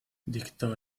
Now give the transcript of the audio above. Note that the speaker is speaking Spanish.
dictó